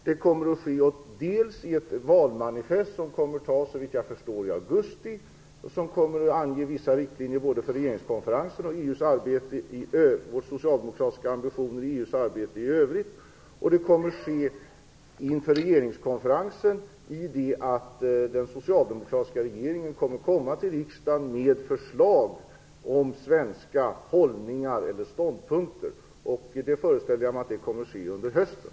Det kommer att ske dels i ett valmanifest, som såvitt jag förstår kommer att tas fram i augusti och som kommer att ange vissa riktlinjer både för regeringskonferensen och för våra socialdemokratiska ambitioner i EU:s arbete i övrigt, dels inför regeringskonferensen i det att den socialdemokratiska regeringen kommer till riksdagen med förslag om svenska hållningar eller ståndpunkter. Jag föreställer mig att det kommer att ske under hösten.